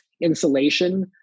insulation